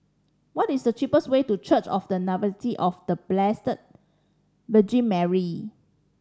what is the cheapest way to Church of The Nativity of The Blessed Virgin Mary